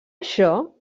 això